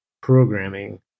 programming